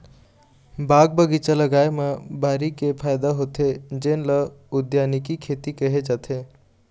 बाग बगीचा लगाए म भारी के फायदा होथे जेन ल उद्यानिकी खेती केहे जाथे